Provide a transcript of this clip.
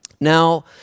Now